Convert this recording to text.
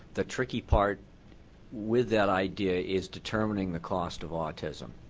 the tricky part with that idea is determining the cost of autism.